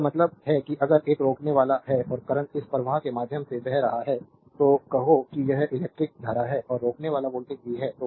मेरा मतलब है कि अगर एक रोकनेवाला है और करंट इस प्रवाह के माध्यम से बह रहा है तो कहो कि यह इलेक्ट्रिक धारा है I और रोकनेवाला वोल्टेज v है